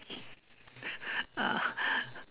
ah